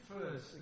first